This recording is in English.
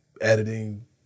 editing